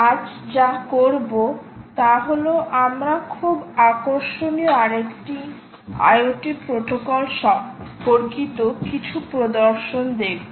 আজ আমরা খুব আকর্ষণীয় আরেকটি IoT প্রোটোকল সম্পর্কিত কিছু প্রদর্শন দেখব